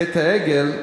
בחטא העגל: